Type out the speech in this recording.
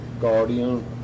guardian